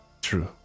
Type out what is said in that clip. True